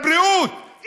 לבריאות.